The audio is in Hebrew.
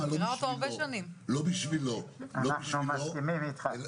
אנחנו מסכימים אתך.